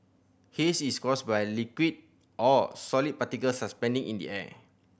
haze is caused by liquid or solid particles suspending in the air